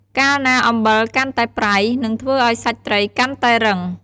កាលណាអំបិលកាន់តែប្រៃ នឹងធ្វើឱ្យសាច់ត្រីកាន់តែរឹង។